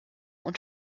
und